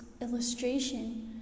illustration